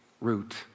root